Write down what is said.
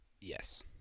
yes